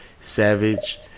Savage